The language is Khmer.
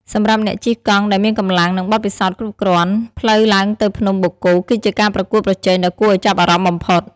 សម្រាប់អ្នកជិះកង់ដែលមានកម្លាំង និងបទពិសោធន៍គ្រប់គ្រាន់ ផ្លូវឡើងទៅភ្នំបូកគោគឺជាការប្រកួតប្រជែងដ៏គួរឱ្យចាប់អារម្មណ៍បំផុត។